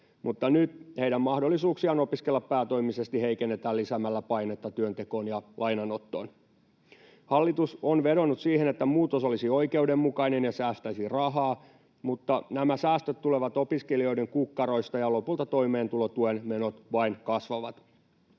mutta nyt heidän mahdollisuuksiaan opiskella päätoimisesti heikennetään lisäämällä painetta työntekoon ja lainanottoon. Hallitus on vedonnut siihen, että muutos olisi oikeudenmukainen ja säästäisi rahaa, mutta nämä säästöt tulevat opiskelijoiden kukkaroista, ja lopulta toimeentulotuen menot vain kasvavat.